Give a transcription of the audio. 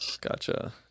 gotcha